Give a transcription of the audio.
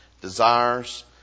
desires